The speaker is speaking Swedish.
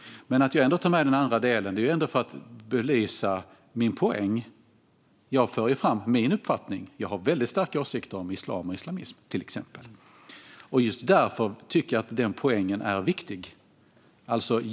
Anledningen till att jag tar med den andra delen är att jag vill belysa min poäng. Jag för fram min uppfattning. Jag har väldigt starka åsikter om islam och islamism, till exempel. Just därför tycker jag att den poängen är viktig.